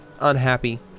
unhappy